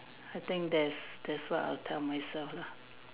I think that's that's what I'll tell myself lah